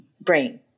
brain